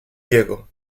diego